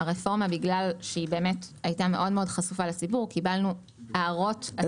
בגלל שהרפורמה הייתה מאוד מאוד חשופה לציבור קיבלנו הערות מהציבור.